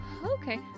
okay